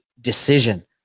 decision